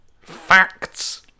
facts